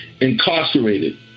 incarcerated